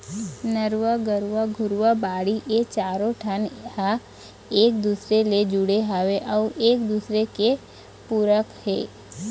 नरूवा, गरूवा, घुरूवा, बाड़ी ए चारों ठन ह एक दूसर ले जुड़े हवय अउ एक दूसरे के पूरक हे